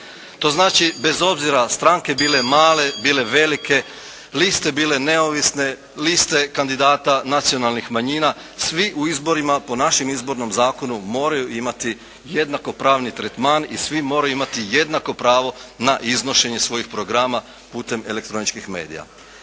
To znači bez obzira stranke bile male, bile velike, liste bile neovisne, liste kandidata nacionalnih manjina, svi u izborima po našem Izbornom zakonu moraju imati jednakopravni tretman i svi moraju imati jednako pravo na iznošenje svojih programa putem elektroničkih medija.